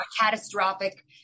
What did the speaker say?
catastrophic